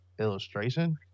illustration